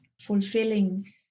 fulfilling